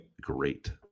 great